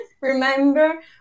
Remember